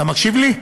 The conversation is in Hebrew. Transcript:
אתה מקשיב לי?